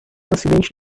acidente